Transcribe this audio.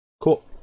Cool